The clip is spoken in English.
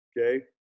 okay